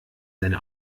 seine